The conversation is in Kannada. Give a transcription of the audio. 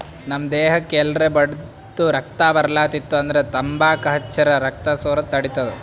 ನಮ್ ದೇಹಕ್ಕ್ ಎಲ್ರೆ ಬಡ್ದಿತ್ತು ರಕ್ತಾ ಬರ್ಲಾತಿತ್ತು ಅಂದ್ರ ತಂಬಾಕ್ ಹಚ್ಚರ್ ರಕ್ತಾ ಸೋರದ್ ತಡಿತದ್